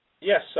Yes